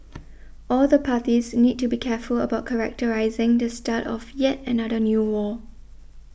all the parties need to be careful about characterising the start of yet another new war